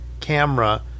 camera